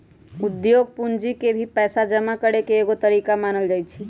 उद्योग पूंजी के भी पैसा जमा करे के एगो तरीका मानल जाई छई